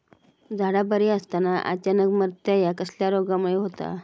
झाडा बरी असताना अचानक मरता हया कसल्या रोगामुळे होता?